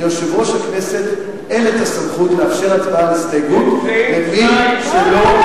ליושב-ראש הכנסת אין הסמכות לאפשר הצבעה על הסתייגות למי שלא,